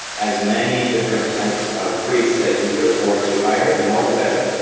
as many different types of priests that you could afford to hire the more the better.